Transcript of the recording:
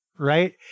right